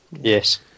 Yes